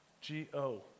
G-O